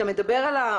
תראה,